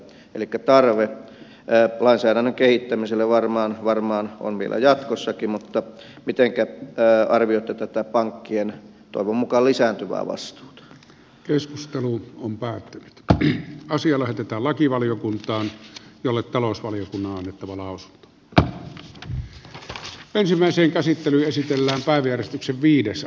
elikkä tarve lainsäädännön kehittämiselle varmaan on vielä jatkossakin mutta mitenkä arvioitte tätä pankkien toivon mukaan lisääntyvä vasta keskustelu on päää toki asia lähetetään lakivaliokuntaan jolle talousvaliokunnan vuolaus ja on ensimmäisen käsittely esitellään päivi lisääntyvää vastuuta